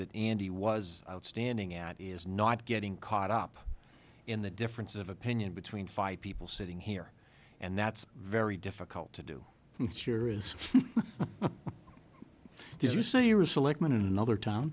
that andy was outstanding at is not getting caught up in the difference of opinion between five people sitting here and that's very difficult to do this year is did you say you're a selectman in another to